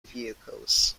vehicles